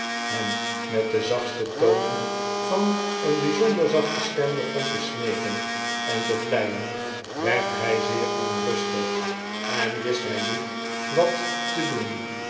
hem met de zachtste tonen van een bij zonder zachte stem begon te smeeken en te vleien werd hij zeer onrustig en wist hij niet wat te doen